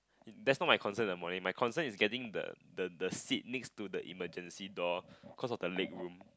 that's not my concern in the morning my concern is getting the the the seat next to the emergency door cause of the leg room